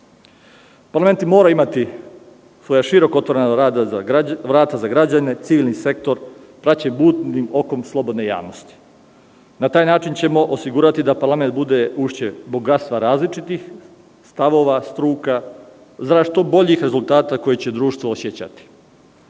Srbiji. Parlamenti moraju imati široko otvorena vrata za građane, civilni sektor praćenjem budnim okom slobodne javnosti. Na taj način ćemo osigurati da parlament bude ušće bogatstva različitosti stavova, struka zarad što boljih rezultata koje će društvo osećati. Budžet